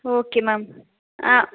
okay ma'am